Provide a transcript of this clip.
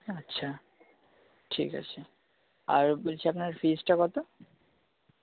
আচ্ছা ঠিক আছে আর বলছি আপনার ফিজটা কত